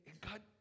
God